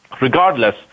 Regardless